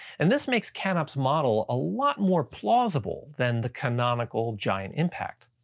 and this makes canup's model a lot more plausible than the canonical giant impact.